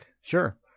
Sure